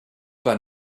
pas